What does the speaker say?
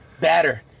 batter